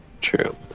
True